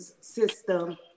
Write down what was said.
system